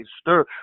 stir